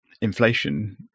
inflation